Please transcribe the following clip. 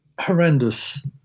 horrendous